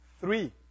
three